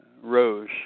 rose